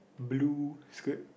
blue skirt